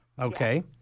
okay